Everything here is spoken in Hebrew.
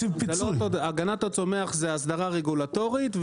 הגנת הצומח זה הסדרה רגולטורית.